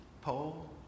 pole